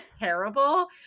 terrible